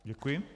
Děkuji.